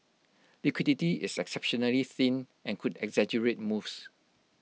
liquidity is exceptionally thin and could exaggerate moves